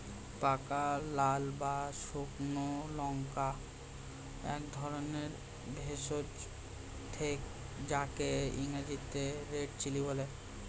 পাকা লাল বা শুকনো লঙ্কা একধরনের ভেষজ যাকে ইংরেজিতে রেড চিলি বলে